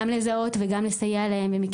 גם לזהות וגם לסייע להם,